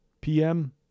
PM